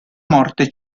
morte